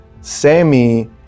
Sammy